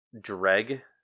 Dreg